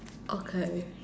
okay